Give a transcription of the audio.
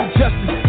justice